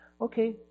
Okay